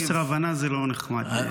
חוסר הבנה זה לא נחמד להגיד.